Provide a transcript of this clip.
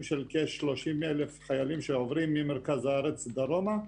של כ-30 אלף חיילים שעוברים ממרכז הארץ דרומה,